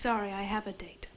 sorry i have a date